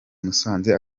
musanze